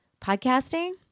podcasting